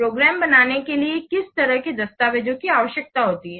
programme बनाने के लिए किस तरह के दस्तावेजों की आवश्यकता होती है